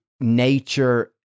nature